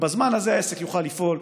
בזמן הזה העסק יוכל לפעול,